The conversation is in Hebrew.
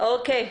עוד משהו.